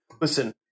listen